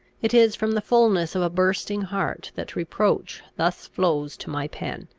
it is from the fulness of a bursting heart that reproach thus flows to my pen.